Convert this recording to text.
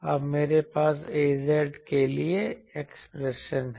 अब मेरे पास Az के लिए एक्सप्रेशन है